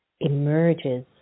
emerges